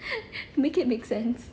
make it make sense